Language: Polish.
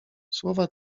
słowa